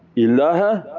ilaha,